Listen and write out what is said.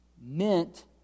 meant